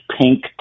pink